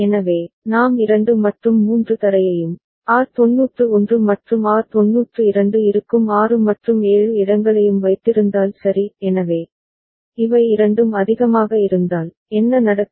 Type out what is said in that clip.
எனவே நாம் 2 மற்றும் 3 தரையையும் R91 மற்றும் R92 இருக்கும் 6 மற்றும் 7 இடங்களையும் வைத்திருந்தால் சரி எனவே இவை இரண்டும் அதிகமாக இருந்தால் என்ன நடக்கும்